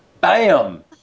BAM